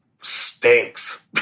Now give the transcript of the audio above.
stinks